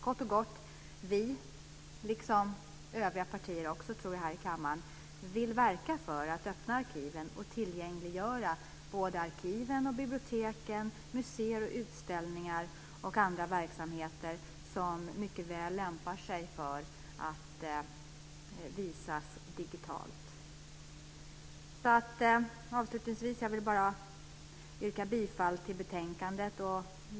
Kort och gott: Vi liksom övriga partier, tror jag, här i kammaren vill verka för att öppna arkiven och tillgängliggöra både arkiv, bibliotek, museer, utställningar och andra verksamheter som mycket väl lämpar sig för att visas digitalt. Avslutningsvis vill jag bara yrka bifall till förslaget till beslut i betänkandet.